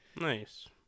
Nice